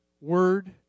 word